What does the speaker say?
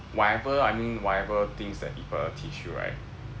whatever I mean whatever things that people will teach you right